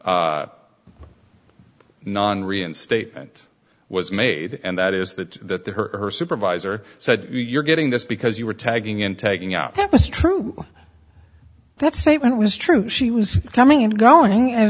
non reinstatement was made and that is that that the earth supervisor said you're getting this because you were tagging in taking out that this true that statement was true she was coming and going a